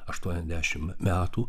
aštuoniasdešimt metų